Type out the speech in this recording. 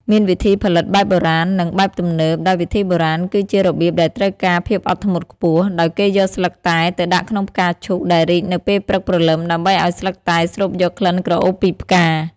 មានវិធីផលិតបែបបុរាណ និងបែបទំនើប ដោយវិធីបុរាណគឺជារបៀបដែលត្រូវការភាពអត់ធ្មត់ខ្ពស់ ដោយគេយកស្លឹកតែទៅដាក់ក្នុងផ្កាឈូកដែលរីកនៅពេលព្រឹកព្រលឹម ដើម្បីឲ្យស្លឹកតែស្រូបយកក្លិនក្រអូបពីផ្កា។